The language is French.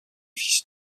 fils